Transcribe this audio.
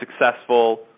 successful